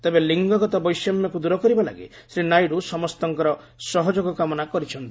ତେବେ ଲିଙ୍ଗଗତ ବୈଷମ୍ୟକୁ ଦୂର କରିବା ଲାଗି ଶ୍ରୀ ନାଇଡ଼ୁ ସମସ୍ତଙ୍କର ସହଯୋଗ କାମନା କରିଛନ୍ତି